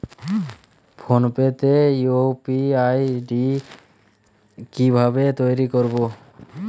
Phone pay তে UPI ID কি ভাবে তৈরি করবো?